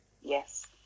Yes